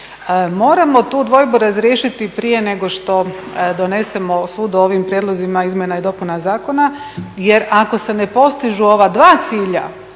Moramo tu dvojbu razriješiti prije nego što donesemo … o ovim prijedlozima izmjena i dopuna zakona jer ako se ne postižu ova dva cilja,